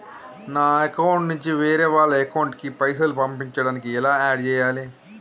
నా అకౌంట్ నుంచి వేరే వాళ్ల అకౌంట్ కి పైసలు పంపించడానికి ఎలా ఆడ్ చేయాలి?